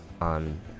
on